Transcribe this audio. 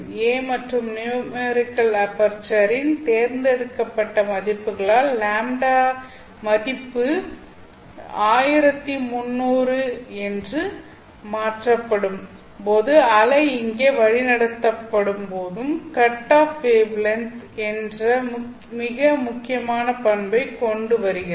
a மற்றும் numerical அபெர்ச்சரின் தேர்ந்தெடுக்கப்பட்ட மதிப்புகளால் λ மதிப்பு 1300 என்எம் என மாற்றப்படும் போது அலை இங்கே வழி நடத்தப்படும்போது கட் ஆஃ வேவ்லெங்த் என்ற மிக முக்கியமான பண்பை கொண்டு வருகிறது